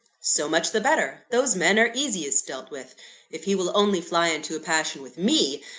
so much the better. those men are easiest dealt with if he will only fly into a passion with me,